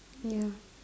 ya